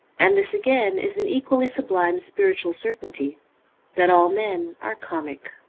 and this again is an equally sublime spiritual certaintyi that all men are comic.